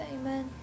Amen